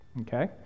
Okay